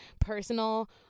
Personal